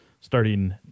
starting